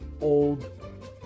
old